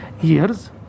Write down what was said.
years